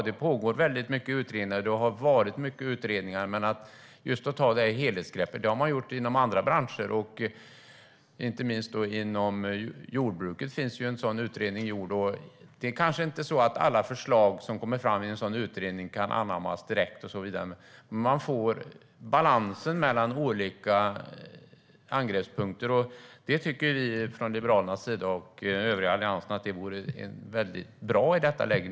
Det pågår många utredningar, och det har varit många utredningar. Men det handlar just om att ta ett helhetsgrepp. Det har man gjort inom andra branscher, inte minst inom jordbruket. Där finns en sådan utredning gjord. Alla förslag som kommer fram i en sådan utredning kanske inte kan anammas direkt, men man får balansen mellan olika angreppspunkter. Vi tycker från Liberalernas sida och från övriga Alliansen att det vore bra i detta läge.